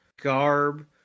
garb